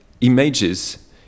images